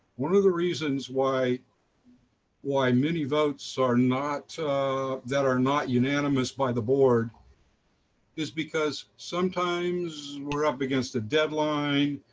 one of the reasons why why many votes are not that are not unanimous by the board is because sometimes we're up against a deadline,